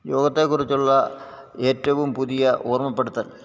യോഗത്തെക്കുറിച്ചുള്ള ഏറ്റവും പുതിയ ഓർമ്മപ്പെടുത്തൽ